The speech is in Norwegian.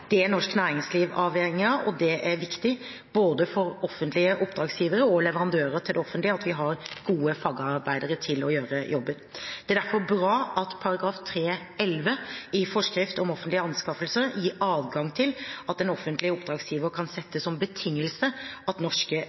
Det er norsk næringsliv avhengig av, og det er viktig både for offentlige oppdragsgivere og leverandører til det offentlige at vi har gode fagarbeidere til å gjøre jobben. Det er derfor bra at § 3-11 i forskrift om offentlige anskaffelser gir adgang til at en offentlig oppdragsgiver kan sette som betingelse at norske